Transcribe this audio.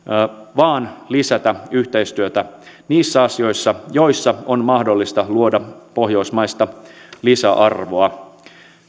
vaan lisätä yhteistyötä niissä asioissa joissa on mahdollista luoda pohjoismaista lisäarvoa